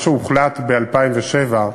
מה שהוחלט ב-2007,